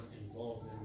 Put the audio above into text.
involved